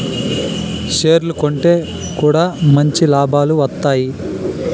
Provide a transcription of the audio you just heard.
షేర్లు కొంటె కూడా మంచి లాభాలు వత్తాయి